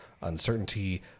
uncertainty